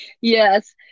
Yes